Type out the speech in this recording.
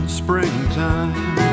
springtime